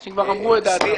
הם כבר אמרו את דעתם.